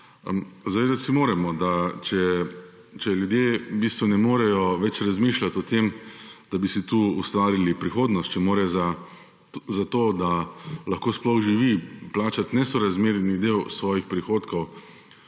Zavedati se moramo, da če ljudje ne morejo več razmišljati o tem, da bi si tu ustvarili prihodnost, če mora za to, da lahko sploh živi, plačati nesorazmerni del svojih prihodkov,